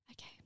Okay